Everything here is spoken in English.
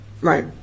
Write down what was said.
right